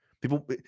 People